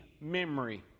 memory